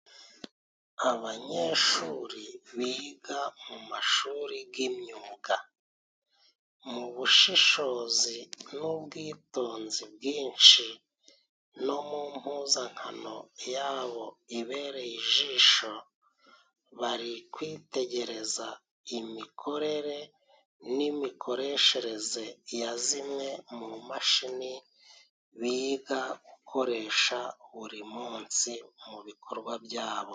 Abanyeshuri biga mu mashuri y'imyuga, m'ubushishozi n'ubwitonzi bwinshi, no mu mpuzankano yabo ibereye ijisho, bari kwitegereza imikorere n'imikoreshereze ya zimwe mu mashini biga gukoresha buri munsi mu bikorwa byabo.